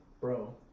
Bro